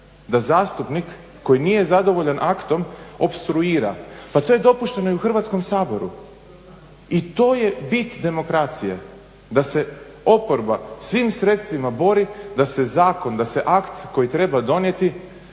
Da zastupnik koji nije zadovoljan aktom opstruira. Pa to je dopušteno i u Hrvatskom saboru. I to je bit demokracije da se oporba svim sredstvima bori da se Zakon, da se akt koji treba donijeti